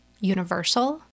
universal